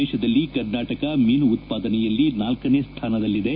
ದೇಶದಲ್ಲಿ ಕರ್ನಾಟಕ ಮೀನು ಉತ್ವಾದನೆಯಲ್ಲಿ ನಾಲ್ಕನೆ ಸ್ಥಾನದಲ್ಲಿದೆ